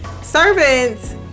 servants